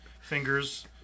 fingers